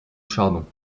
chardon